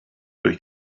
durch